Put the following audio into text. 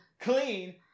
clean